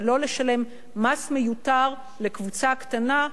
ולא לשלם מס מיותר לקבוצה קטנה,